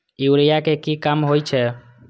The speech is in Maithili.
यूरिया के की काम होई छै?